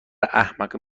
احمق